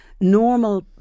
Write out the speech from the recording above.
normal